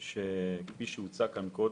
כפי שהצגתי קודם,